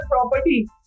property